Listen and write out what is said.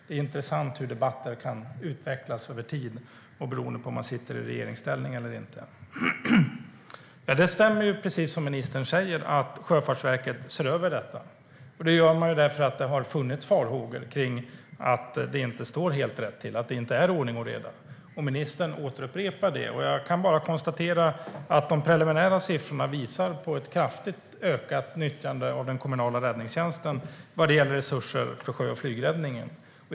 Det är intressant hur debatter kan utvecklas över tid och beroende på om man sitter i regeringsställning eller inte. Det stämmer som ministern säger att Sjöfartsverket ser över detta. Det gör man för att det har funnits farhågor för att det inte står rätt till och för att det inte är ordning och reda. Ministern upprepar det, och jag kan bara konstatera att de preliminära siffrorna visar på ett kraftigt ökat nyttjande av resurser för sjö och flygräddningen från den kommunala räddningstjänstens sida.